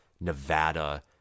Nevada